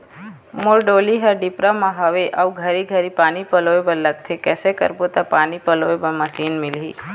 मोर डोली हर डिपरा म हावे अऊ घरी घरी पानी पलोए बर लगथे कैसे करबो त पानी पलोए बर मशीन मिलही?